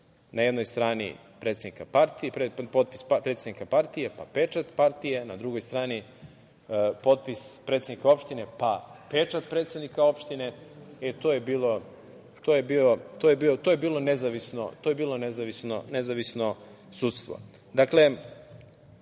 na jednoj strani predsednika partije, pa pečat partije, na drugoj strani potpis predsednika opštine, pa pečat predsednika opštine i to je bilo nezavisno sudstvo. Dakle,